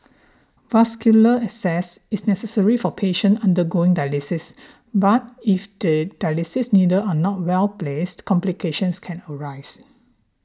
vascular access is necessary for patient undergoing dialysis but if the dialysis needle are not well placed complications can arise